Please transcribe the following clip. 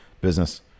business